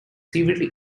severely